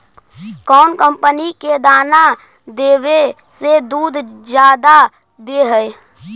कौन कंपनी के दाना देबए से दुध जादा दे है?